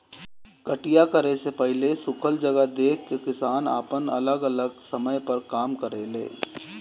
कटिया करे से पहिले सुखल जगह देख के किसान आपन अलग अलग समय पर काम करेले